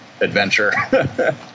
adventure